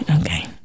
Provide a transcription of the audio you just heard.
Okay